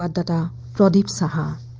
da da da da da da